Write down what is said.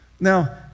Now